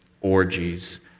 orgies